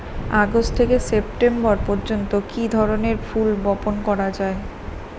August থেকে September পর্যন্ত কি ধরনের ফুল বপন করা যায়?